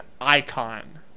icon